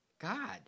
God